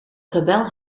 tabel